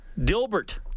Dilbert